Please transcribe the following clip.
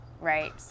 right